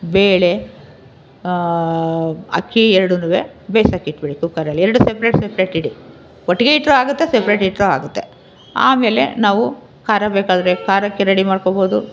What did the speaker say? ಬೇಳೆ ಅಕ್ಕಿ ಎರಡನ್ನೂ ಬೇಯ್ಸೋಕೆ ಇಟ್ಬಿಡಿ ಕುಕ್ಕರಲ್ಲಿ ಎರಡು ಸಪ್ರೇಟ್ ಸಪ್ರೇಟ್ ಇಡಿ ಒಟ್ಟಿಗೆ ಇಟ್ಟರು ಆಗುತ್ತೆ ಸಪ್ರೇಟ್ ಇಟ್ಟರು ಆಗುತ್ತೆ ಆಮೇಲೆ ನಾವು ಖಾರ ಬೇಕಾದರೆ ಖಾರಕ್ಕೆ ರೆಡಿ ಮಾಡ್ಕೋಬೋದು